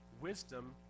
wisdom